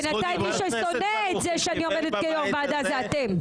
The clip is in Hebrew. בינתיים מי ששונא את זה שאני עומדת כיו"ר ועדה זה אתם.